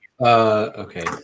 okay